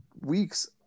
weeks